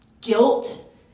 guilt